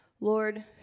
Lord